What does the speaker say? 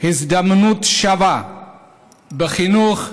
הזדמנות שווה בחינוך,